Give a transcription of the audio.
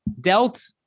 dealt